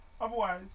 otherwise